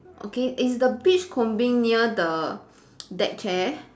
okay is the beach combing near the that chair